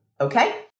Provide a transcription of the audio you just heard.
Okay